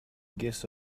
guess